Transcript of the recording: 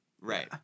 Right